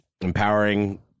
empowering